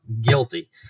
Guilty